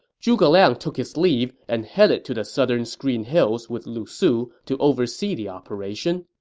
zhuge liang took his leave and headed to the southern screen hills with lu su to oversee the operation.